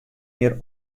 mear